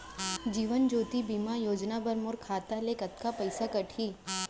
जीवन ज्योति बीमा योजना बर मोर खाता ले कतका पइसा कटही?